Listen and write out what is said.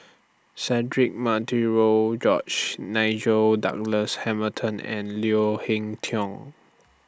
Cedric Monteiro George Nigel Douglas Hamilton and Leo Hee Tong